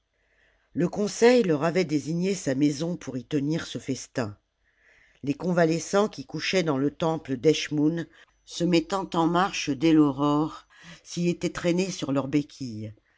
le conseil leur avait désigné sa maison pour y tenir ce festin les convalescents qui couchaient dans le temple d'eschmoùn se mettant en marche dès l'aurore s'y étaient traînés sur leurs béquilles